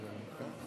חבריי חברי הכנסת,